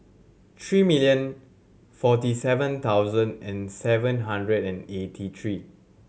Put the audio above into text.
three million forty seven thousand and seven hundred and eighty three